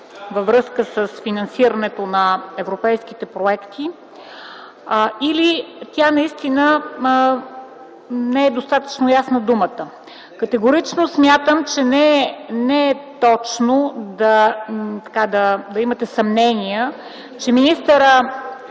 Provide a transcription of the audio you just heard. във връзка с финансирането на европейските проекти, или тя наистина – не е достатъчно ясна думата. Категорично смятам, че не е точно да имате съмнения, че министърът